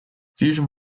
fusion